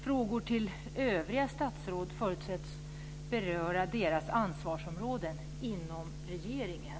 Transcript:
Frågor till övriga statsråd förutsätts beröra deras ansvarsområde inom regeringen.